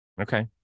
Okay